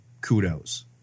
kudos